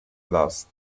last